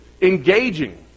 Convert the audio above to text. engaging